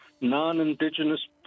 non-Indigenous